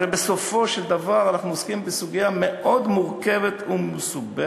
הרי בסופו של דבר אנחנו עוסקים בסוגיה מאוד מורכבת ומסובכת,